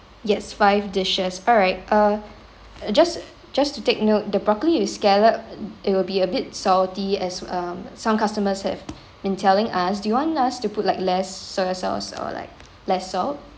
yes five dishes alright uh just just to take note the broccoli with scallop it will be a bit salty as um some customers have been telling us do you want us to put like less soya sauce or like lesser